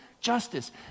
justice